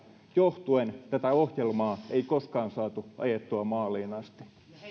johtuen tätä ohjelmaa ei koskaan saatu ajettua maaliin asti